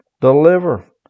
deliver